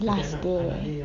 last day